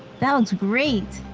that looks great!